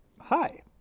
Hi